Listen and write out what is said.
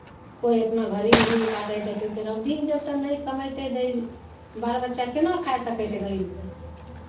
कोइ अपना घरेमे दिन काटै छथिन तऽ रौदीमे जबतक नहि कमयतै बाल बच्चा केना खाय सकै छै गरीबके